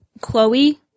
Chloe